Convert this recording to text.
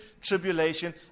tribulation